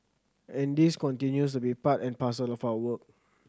and this continues to be part and parcel of our work